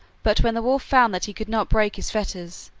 but when the wolf found that he could not break his fetters,